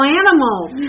animals